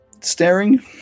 staring